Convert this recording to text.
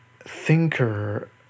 thinker